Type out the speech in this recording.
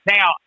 Now